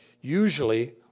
Usually